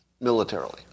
Militarily